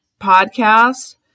podcast